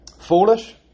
foolish